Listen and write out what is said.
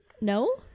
no